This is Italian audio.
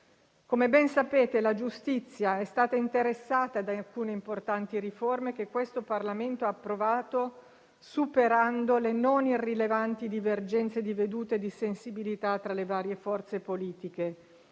Come ben sapete, la giustizia è stata interessata da alcune importanti riforme che il Parlamento ha approvato superando le non irrilevanti divergenze di vedute e di sensibilità tra le varie forze politiche,